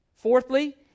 Fourthly